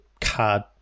card